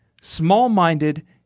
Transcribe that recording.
small-minded